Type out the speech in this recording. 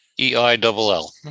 e-i-double-l